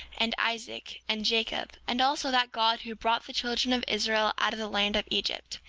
and isaac, and jacob and also, that god who brought the children of israel out of the land of egypt,